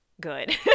good